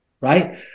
right